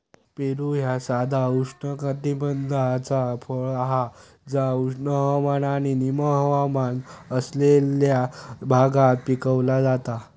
पेरू ह्या साधा उष्णकटिबद्धाचा फळ हा जा उष्ण हवामान किंवा निम उष्ण हवामान असलेल्या भागात पिकवला जाता